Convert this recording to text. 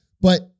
But-